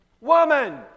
Woman